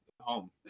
home